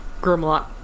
Grimlock